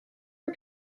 are